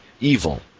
evil